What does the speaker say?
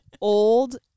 old